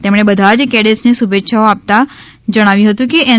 તેમણે બધાજ કેડેટ્સને શુભેચ્છાઓ આપતા જણાવ્યુ હતુ કે એન